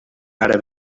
ara